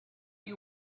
you